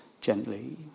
gently